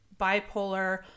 bipolar